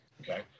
Okay